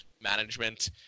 management